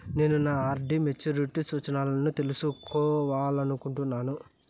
నేను నా RD maturity సూచనలను తెలుసుకోవాలనుకుంటున్నాను